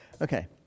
okay